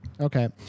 Okay